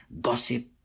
Gossip